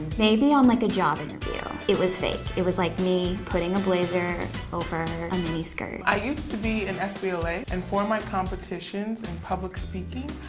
maybe on like a job interview. it was fake, it was like me putting a blazer over a mini skirt. i used to be in fbla and for my competitions in public speaking,